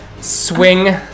Swing